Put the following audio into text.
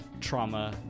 trauma